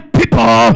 people